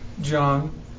John